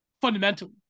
fundamentally